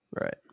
Right